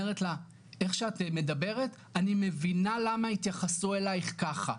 אומרת לה איך שאת מדברת אני מבינה למה התייחסו אליך ככה,